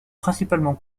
principalement